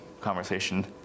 conversation